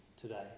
today